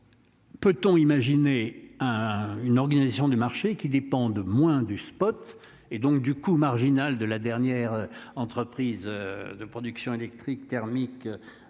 Peut-on imaginer un une organisation du marché qui dépendent moins du spot. Et donc du coût marginal de la dernière entreprise de production électrique thermique.